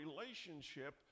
relationship